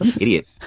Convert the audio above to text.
Idiot